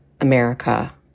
America